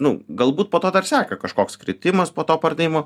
nu galbūt po to seka kažkoks kritimas po to pardavimo